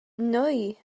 nwy